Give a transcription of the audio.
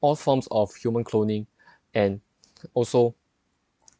all forms of human cloning and also